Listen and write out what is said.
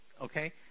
Okay